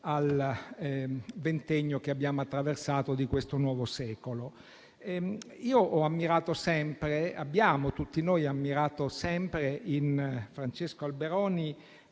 al ventennio che abbiamo attraversato di questo nuovo secolo. Abbiamo tutti noi ammirato sempre in Francesco Alberoni